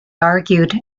argued